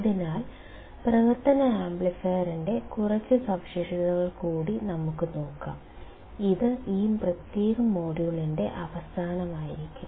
അതിനാൽ പ്രവർത്തന ആംപ്ലിഫയറിന്റെ കുറച്ച് സവിശേഷതകൾ കൂടി നമുക്ക് നോക്കാം അത് ഈ പ്രത്യേക മൊഡ്യൂളിന്റെ അവസാനമായിരിക്കും